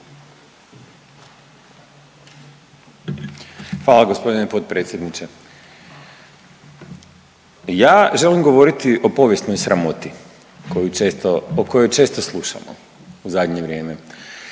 Hvala gospodine potpredsjedniče. Ja želim govoriti o povijesnoj sramoti o kojoj često slušamo u zadnje vrijeme,